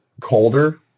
colder